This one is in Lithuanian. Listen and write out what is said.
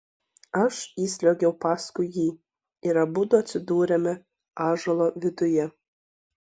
aš įsliuogiau paskui jį ir abudu atsidūrėme ąžuolo viduje